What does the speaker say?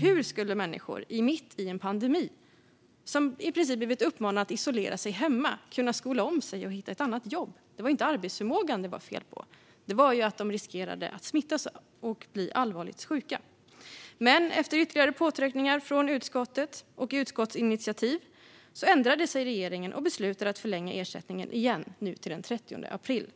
Hur skulle människor mitt i en pandemi, som i princip blivit uppmanade att isolera sig hemma, kunna skola om sig och hitta ett annat jobb? Det var inte arbetsförmågan det var fel på. Det handlade om att de riskerade att smittas och bli allvarligt sjuka. Men efter ytterligare påtryckningar och utskottsinitiativ från utskottet ändrade sig regeringen och beslutade att förlänga ersättningen igen, nu till den 30 april.